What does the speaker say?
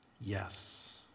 Yes